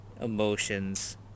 emotions